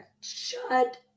Shut